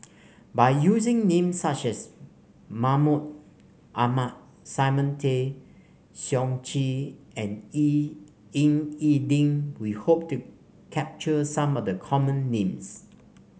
by using names such as Mahmud Ahmad Simon Tay Seong Chee and E Ying E Ding we hope to capture some of the common names